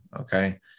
Okay